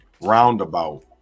roundabout